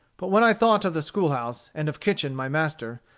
but when i thought of the school-house, and of kitchen, my master,